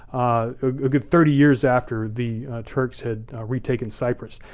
a good thirty years after the turks had retaken cyprus,